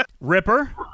Ripper